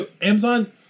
amazon